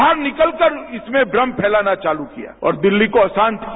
बाहर निकलकर इसमें भ्रम फैलाना चालू किया और दिल्लीइ को आसान था